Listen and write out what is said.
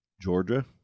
Georgia